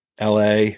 LA